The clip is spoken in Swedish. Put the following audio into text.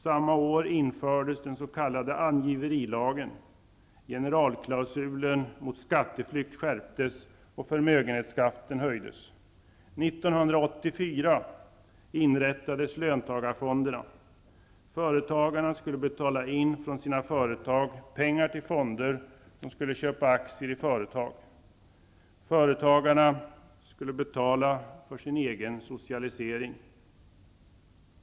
Samma år infördes den s.k. År 1984 inrättades löntagarfonderna. Företagarna skulle betala in pengar från sina företag till fonder som skulle köpa aktier i företag. Företagarna skulle betala för sin egen socialisering.